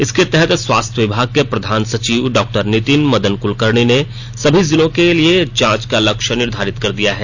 इसके तहत स्वास्थ्य विभाग के प्रधान सचिव डॉक्टर नितिन मदन कुलकर्णी ने सभी जिलों के लिए जांच का लक्ष्य निर्धारित कर दिया है